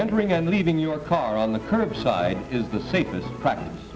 entering and leaving your car on the curb side is the safest practice